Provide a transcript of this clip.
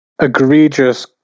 egregious